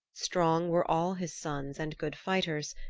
strong were all his sons and good fighters,